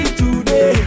today